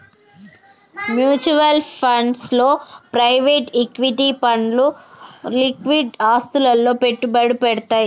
mutual funds లో private equity ఫండ్లు liquid ఆస్తులలో పెట్టుబడి పెడ్తయ్